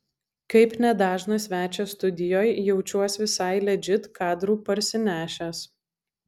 kaip nedažnas svečias studijoj jaučiuos visai ledžit kadrų parsinešęs